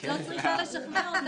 את לא צריכה לשכנע אותם.